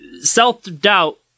self-doubt